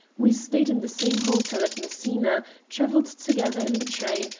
we stayed in the same hotel at messina, travelled together in the train,